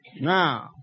Now